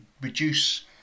reduce